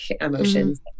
emotions